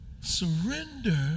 Surrender